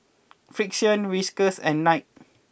Frixion Whiskas and Knight